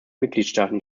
mitgliedstaaten